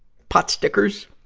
pot stickers?